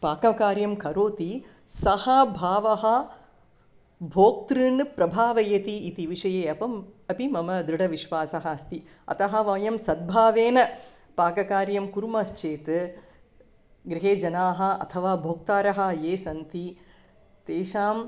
पाककार्यं करोति सः भावः भोक्तॄन् प्रभावयति इति विषये अपि अपि मम दृढविश्वासः अस्ति अतः वयं सद्भावेन पाककार्यं कुर्मश्चेत् गृहे जनाः अथवा भोक्तारः ये सन्ति तेषाम्